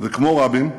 וכמו רבין,